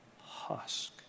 husk